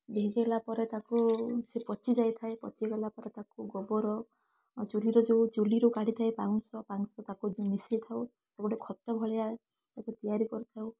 ଭିଜେଇଲା ପରେ ତାକୁ ସେ ପଚିଯାଇଥାଏ ପଚିଗଲା ପରେ ତାକୁ ଗୋବର ଆଉ ଚୁଲିରେ ଯେଉଁ ଚୁଲିରୁ କାଢ଼ିଥାଏ ପାଉଁଶ ପାଉଁଶ ତାକୁ ମିଶେଇ ଥାଉ ତାକୁ ଗୋଟେ ଖତ ଭଳିଆ ତାକୁ ତିଆରି କରିଥାଉ